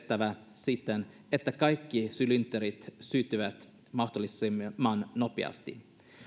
siten että kaikki sylinterit syttyvät mahdollisimman nopeasti